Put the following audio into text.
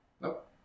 Nope